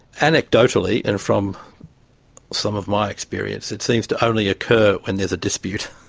anecdotally and from some of my experience it seems to only occur when there is a dispute.